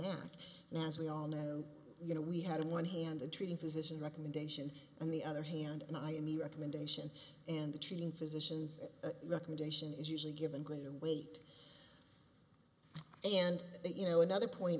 sanat and as we all know you know we had in one hand the treating physician recommendation on the other hand and i in the recommendation and the treating physicians recommendation is usually given greater weight and that you know another point